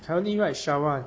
currently right shower